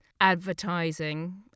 advertising